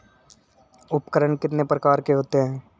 उपकरण कितने प्रकार के होते हैं?